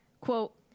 quote